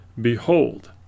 Behold